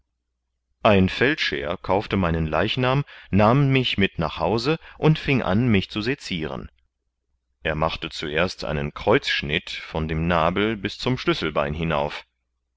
ein feldscheer kaufte meinen leichnam nahm mich mit nach hause und fing an mich zu seciren er machte zuerst einen kreuzschnitt von dem nabel bis zum schlüsselbein hinauf